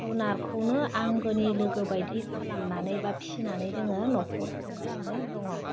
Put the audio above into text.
जुनारखौनो आंगोनि लोगो बायदि खालामनानै बा फिनानै जोङो नखर खुंगासिनो दङ